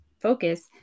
focus